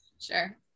Sure